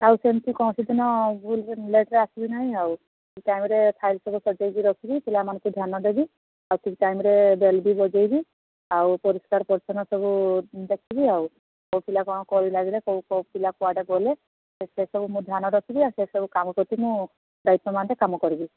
ଆଉ ସେମିତି କୌଣସି ଦିନ ଭୁଲ୍ରେ ଲେଟ୍ରେ ଆସିବି ନାହିଁ ଆଉ ଠିକ୍ ଟାଇମ୍ରେ ଫାଇଲ୍ ସବୁ ସଜାଇକି ରଖିବି ପିଲାମାନଙ୍କୁ ଧ୍ୟାନ ଦେବି ଆଉ ଠିକ୍ ଟାଇମ୍ରେ ବେଲ୍ ବି ବଜାଇବି ଆଉ ପରିଷ୍କାର ପରିଚ୍ଛନ୍ନ ସବୁ ଦେଖିବି ଆଉ କେଉଁ ପିଲା କ'ଣ କଳି ଲାଗିଲା ପିଲା କୁଆଡ଼େ ଗଲେ ସେସବୁ ମୁଁ ଧ୍ୟାନ ରଖିବି ଆଉ ସେସବୁ କାମ ପ୍ରତି ମୁଁ ଦାୟିତ୍ଵବାନରେ କାମ କରିବି